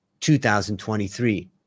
2023